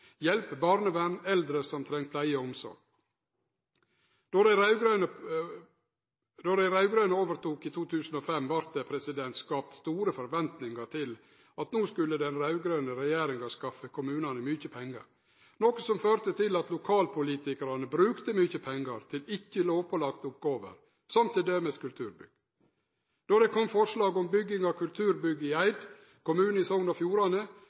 hjelp, barnevernet og eldre som treng pleie og omsorg. Då dei raud-grøne overtok i 2005 vart det skapt store forventingar til at den raud-grøne regjeringa skulle skaffe kommunane mykje pengar, noko som førte til at lokalpolitikarane brukte mykje pengar til ikkje-lovpålagte oppgåver, som t.d. kulturbygg. Då det kom forslag om bygging av kulturbygg i Eid kommune i Sogn og Fjordane,